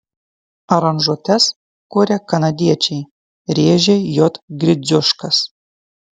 aranžuotes kuria kanadiečiai rėžė j gridziuškas